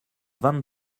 vingt